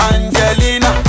Angelina